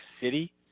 City